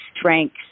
strength